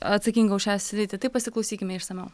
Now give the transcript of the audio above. atsakinga už šią sritį tai pasiklausykime išsamiau